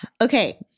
Okay